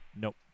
Nope